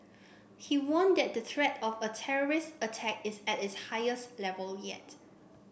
he warned that the threat of a terrorist attack is at its highest level yet